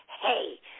hey